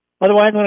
Otherwise